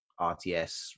RTS